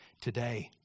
today